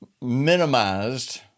minimized